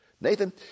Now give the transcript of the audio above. Nathan